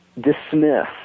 dismiss